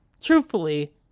Truthfully